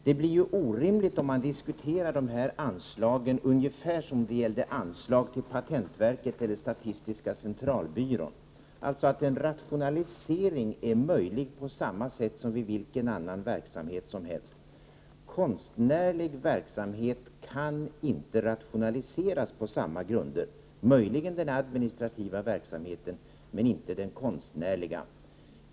Det hela blir orimligt om man diskuterar de här anslagen ungefär som om det gällde anslag till patentverket eller statistiska centralbyrån — alltså att en rationalisering är möjlig, att man kan jämföra med vilken annan verksamhet som helst. Men konstnärlig verksamhet kan inte rationaliseras på samma grunder som annan verksamhet — möjligen den administrativa verksamheten, men inte den konstnärliga.